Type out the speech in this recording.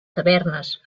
tavernes